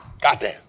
goddamn